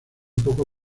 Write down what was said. poco